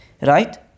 Right